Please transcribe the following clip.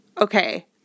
okay